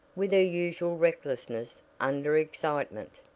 with her usual recklessness under excitement.